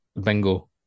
Bingo